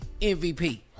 MVP